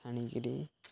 ଛାଣିିକିରି